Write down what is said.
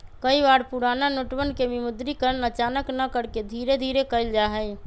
कई बार पुराना नोटवन के विमुद्रीकरण अचानक न करके धीरे धीरे कइल जाहई